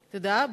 תודה.